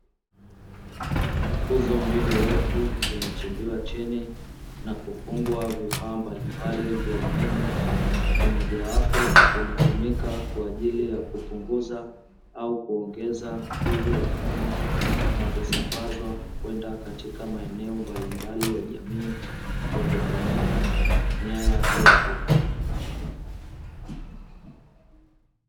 Nguzo mbili refu zimechimbiwa chini na kufungwa vifaa mbali mbali vya umeme, kimoja wapo kinatumika kwa ajili ya kupunguza au kuongeza nguvu ya umeme na kusambazwa kwenda katika maeneo mbalimbali ya jamii kwa kutumia nyaya refu.